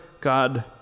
God